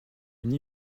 une